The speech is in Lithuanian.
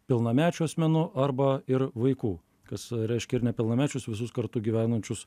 pilnamečių asmenų arba ir vaikų kas reiškia ir nepilnamečius visus kartu gyvenančius